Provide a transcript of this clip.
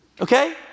Okay